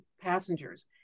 passengers